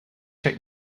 check